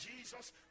Jesus